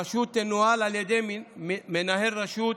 הרשות תנוהל על ידי מנהל רשות.